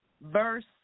verse